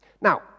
Now